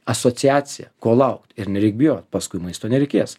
asociacija ko laukt ir nereik bijot paskui maisto nereikės